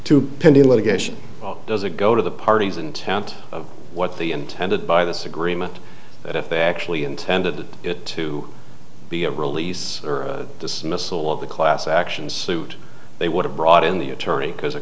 to pending litigation does it go to the parties intent what they intended by this agreement and if they actually intended it to be a release or a dismissal of the class action suit they would have brought in the attorney because of